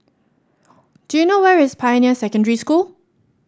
do you know where is Pioneer Secondary School